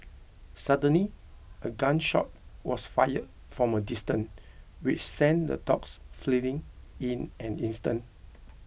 suddenly a gun shot was fired from a distance which sent the dogs fleeing in an instant